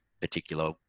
particular